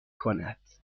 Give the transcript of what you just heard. کند